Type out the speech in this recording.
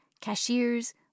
cashiers